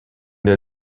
der